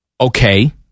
Okay